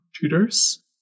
tutors